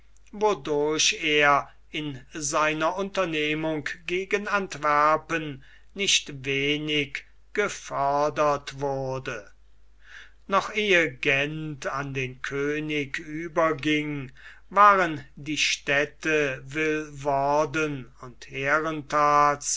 wodurch er in seiner unternehmung gegen antwerpen nicht wenig gefördert wurde meteren am angeführten orte noch ehe gent an den könig überging waren die städte vilvorden und